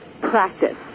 practice